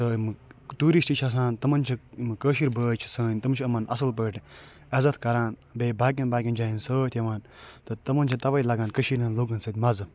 تہٕ یِمہٕ ٹوٗرِسٹ چھِ آسان تِمَن چھِ کٲشِرۍ بٲے چھِ سٲنۍ تِم چھِ یِمَن اَصٕل پٲٹھۍ عزت کران بیٚیہِ باقِیَن باقِیَن جایَن سۭتۍ یِوان تہٕ تِمَن چھِ تَوَے لَگان کٔشیٖرِ ہٕنٛدۍ لوٗکَن سۭتۍ مَزٕ